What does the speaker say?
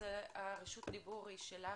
רשות הדיבור שלך,